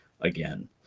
again